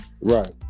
Right